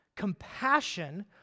compassion